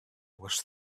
was